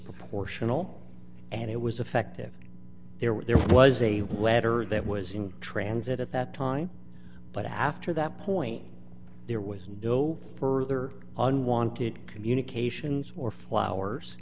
proportional and it was effective there were there was a letter that was in transit at that time but after that point there was no further on wanted communications or flowers